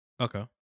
Okay